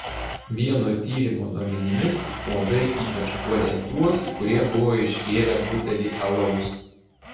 vieno tyrimo duomenimis uodai ypač puolė tuos kurie buvo išgėrę butelį alaus